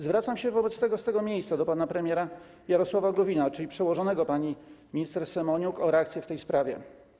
Zwracam się wobec tego z tego miejsca do pana premiera Jarosława Gowina, czyli przełożonego pani minister Semeniuk, o reakcję w tej sprawie.